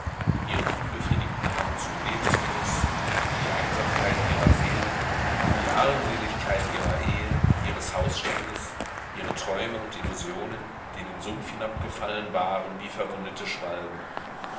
ihren unbefriedigten hang zum lebensgenuß die einsamkeit ihrer seele die armseligkeit ihrer ehe ihres hausstandes ihre träume und illusionen die in den sumpf hinabgefallen waren wie verwundete schwalben